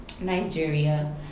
Nigeria